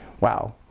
wow